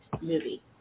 movie